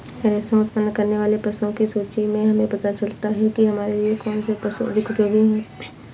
रेशम उत्पन्न करने वाले पशुओं की सूची से हमें पता चलता है कि हमारे लिए कौन से पशु अधिक उपयोगी हैं